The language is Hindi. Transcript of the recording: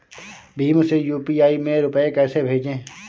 भीम से यू.पी.आई में रूपए कैसे भेजें?